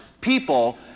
people